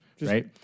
right